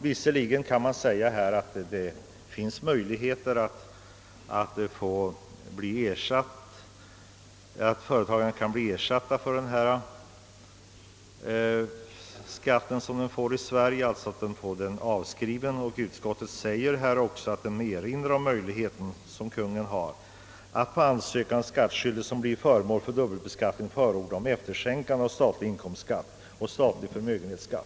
Visserligen kan sägas att det finns möjligheter för företagen att få skatten här hemma avskriven, och utskottet erinrar också om den möjlighet som »Konungen har att på ansökan av skattskyldig, som blivit föremål för dubbelbeskattning, förordna om efterskänkande av statlig inkomstskatt och statlig förmögenhetsskatt».